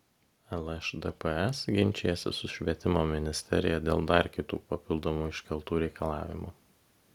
lšdps ginčijasi su švietimo ministerija dėl dar kitų papildomai iškeltų reikalavimų